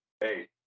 hey